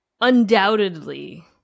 undoubtedly